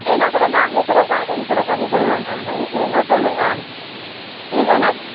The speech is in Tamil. பேனா கூட நாங்களே கூட பேக்கிங் கூட பண்ணித் தருவோம் மேம் உங்களுக்கு வேணும்னா சொல்லுங்கள் இல்லைன்னா